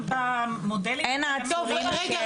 רגע,